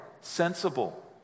sensible